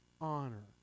honor